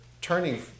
turning